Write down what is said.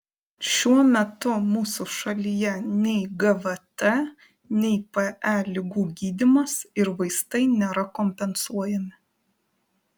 šiuo metu mūsų šalyje nei gvt nei pe ligų gydymas ir vaistai nėra kompensuojami